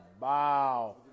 Wow